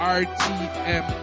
rtm